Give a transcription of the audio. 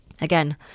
again